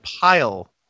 pile